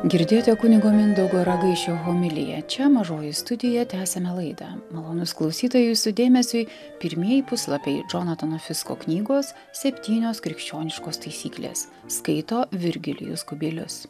girdėjote kunigo mindaugo ragaišio homiliją čia mažoji studija tęsiame laidą malonūs klausytojai jūsų dėmesiui pirmieji puslapiai džonatano fisko knygos septynios krikščioniškos taisyklės skaito virgilijus kubilius